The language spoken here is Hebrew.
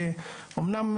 שאומנם,